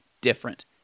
different